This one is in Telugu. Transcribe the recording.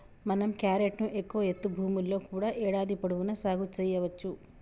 మనం క్యారెట్ ను ఎక్కువ ఎత్తు భూముల్లో కూడా ఏడాది పొడవునా సాగు సెయ్యవచ్చు